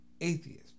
atheist